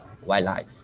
wildlife